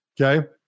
Okay